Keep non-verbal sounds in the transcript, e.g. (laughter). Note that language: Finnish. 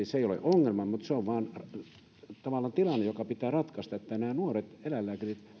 (unintelligible) se ei ole ongelma mutta se on tavallaan tilanne joka pitää ratkaista kun nämä nuoret eläinlääkärit